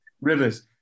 Rivers